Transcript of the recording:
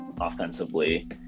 offensively